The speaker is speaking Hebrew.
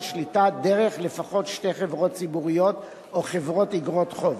שליטה דרך לפחות שתי חברות ציבוריות או חברות איגרות חוב.